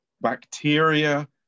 bacteria